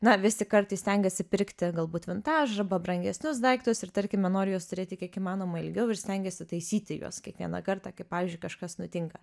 na vis tik kartais stengiasi pirkti galbūt vintažą brangesnius daiktus ir tarkime nori juos turėti kiek įmanoma ilgiau ir stengiasi taisyti juos kiekvieną kartą kai pavyzdžiui kažkas nutinka